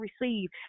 receive